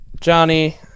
Johnny